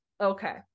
okay